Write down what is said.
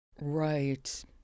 Right